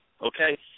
okay